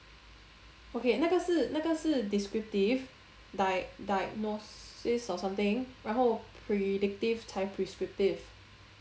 okay 那个是那个是 descriptive di~ diagnosis or something 然后 predictive 才 prescriptive